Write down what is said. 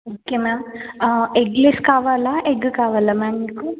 okay ma'am eggless కావాలా egg కావాలా ma'am మీకు